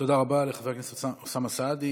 תודה רבה לחבר הכנסת אוסאמה סעדי.